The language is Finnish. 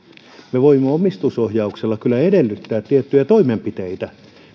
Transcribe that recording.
me voimme omistusohjauksella kyllä edellyttää tiettyjä toimenpiteitä